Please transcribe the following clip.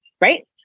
right